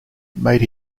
made